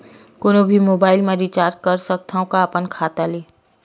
कोनो भी मोबाइल मा रिचार्ज कर सकथव का अपन खाता ले?